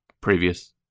previous